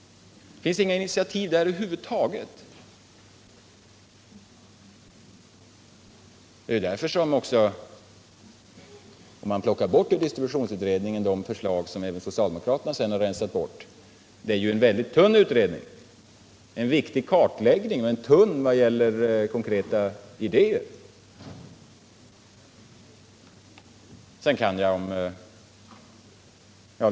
Det fanns inga initiativ till detta över huvud taget! Det är därför som distributionsutredningen - om man plockar bort de förslag som även socialdemokraterna sedan har rensat ut — är en väldigt tunn utredning. Den innebär en viktig kartläggning men är tunn vad gäller konkreta idéer.